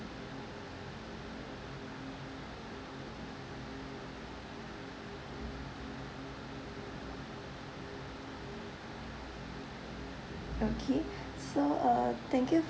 okay so uh thank you